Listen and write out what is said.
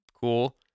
Cool